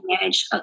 manage